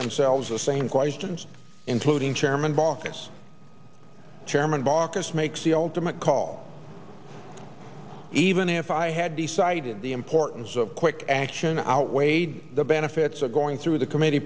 themselves the same questions including chairman baucus chairman baucus makes the ultimate call even if i had decided the importance of quick action outweighed the benefits of going through the committee